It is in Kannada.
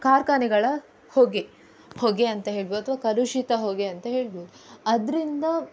ಕಾರ್ಖಾನೆಗಳ ಹೊಗೆ ಹೊಗೆ ಅಂತ ಹೇಳ್ಬೋದು ಅಥ್ವಾ ಕಲುಷಿತ ಹೊಗೆ ಅಂತ ಹೇಳ್ಬೋದು ಅದರಿಂದ